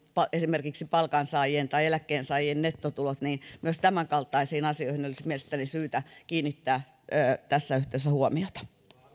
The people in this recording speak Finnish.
esimerkiksi palkansaajien ja eläkkeensaajien nettotulot myös tämänkaltaisiin asioihin olisi mielestäni syytä kiinnittää tässä yhteydessä huomiota